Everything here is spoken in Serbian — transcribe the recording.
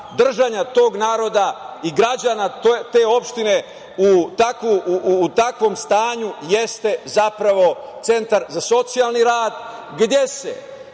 držanja tog naroda i građana te opštine u takvom stanju jeste zapravo centar za socijalni rad